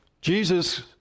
Jesus